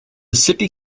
city